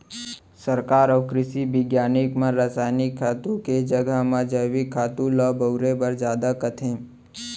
सरकार अउ कृसि बिग्यानिक मन रसायनिक खातू के जघा म जैविक खातू ल बउरे बर जादा कथें